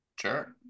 Sure